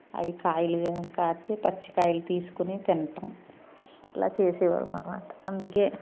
అవి కాయలు కాస్తే పచ్చి కాయలు తీసుకుని తినటం అలా చేసేవారం అన్నమాట అందుకే